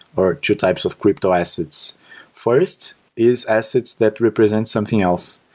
or two types of crypto-assets first is assets that represent something else.